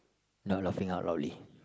not laughing out loudly